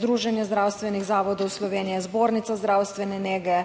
Združenje zdravstvenih zavodov Slovenije, Zbornica zdravstvene nege,